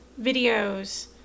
videos